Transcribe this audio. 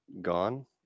gone